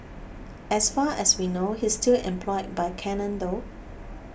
as far as we know he's still employed by Canon though